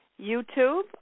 YouTube